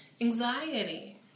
anxiety